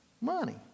Money